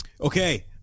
Okay